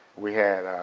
we had